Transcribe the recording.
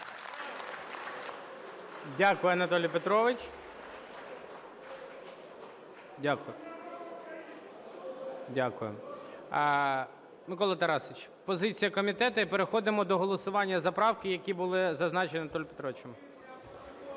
Дякую, Анатолій Петрович. Дякую. Микола Тарасович, позиція комітету, і переходимо до голосування за правки, які були зазначені Анатолієм Петровичем.